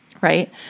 right